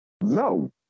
No